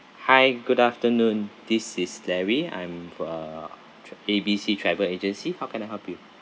hi good afternoon this is larry I'm from uh tr~ A_B_C travel agency how can I help you